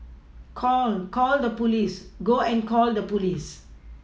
call call the police go and call the police